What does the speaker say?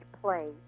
play